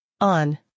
On